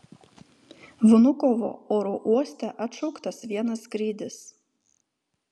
vnukovo oro uoste atšauktas vienas skrydis